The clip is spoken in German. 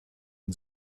den